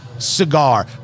Cigar